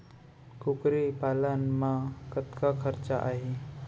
कुकरी पालन म कतका खरचा आही?